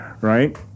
right